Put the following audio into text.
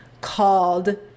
called